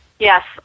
Yes